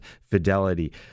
Fidelity